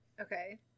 Okay